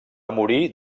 morir